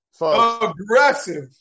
Aggressive